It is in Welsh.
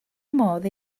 modd